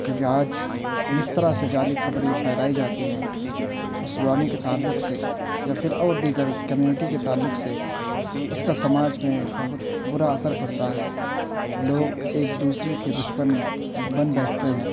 کیونکہ آج جس طرح سے جعلی خبریں پھیلائی جاتی ہیں مسلمانوں کے تعلق سے یا پھر اور دیگر کمیونٹی کے تعلق سے اس کا سماج میں بہت برا اثر پڑتا ہے لوگ ایک دوسرے کے دشمن بن بیٹھتے ہیں